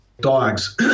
dogs